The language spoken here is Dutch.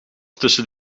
tussen